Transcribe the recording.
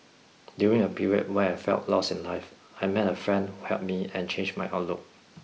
during a period when I felt lost in life I met a friend who helped me and changed my outlook